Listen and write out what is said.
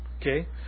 Okay